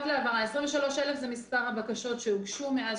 רק להבהרה 23,000 זה מספר הבקשות שהוגשו מאז